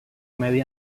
medi